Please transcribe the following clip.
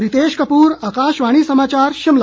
रितेश कपूर आकाशवाणी समाचार शिमला